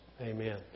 Amen